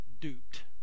duped